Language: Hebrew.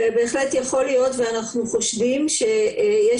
בהחלט יכול להיות ואנחנו חושבים שיש